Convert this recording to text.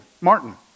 Martin